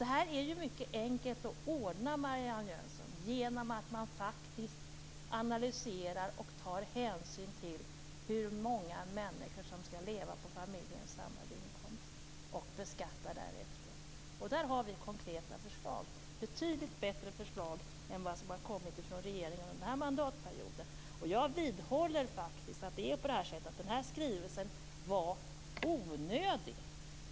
Detta är mycket enkelt att ordna, Marianne Jönsson, genom att man analyserar och tar hänsyn till hur många människor som skall leva på familjens samlade inkomst och beskattar därefter. Där har vi konkreta förslag. Det är betydligt bättre förslag än de som har kommit från regeringen under denna mandatperiod. Jag vidhåller att skrivelsen var onödig.